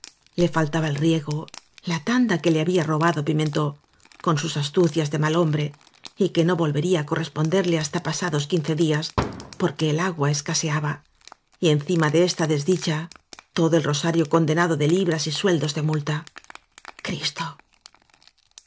le faltaba el riego la tanda que le había ro bado p mentó con sus astucias de mal hombre y que no volvería á corresponderle hasta pasa dos quince días porque el agua escaseaba y encima de esta desdicha todo el rosario conde nado de libras sueldos de multa y cristo